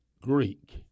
Greek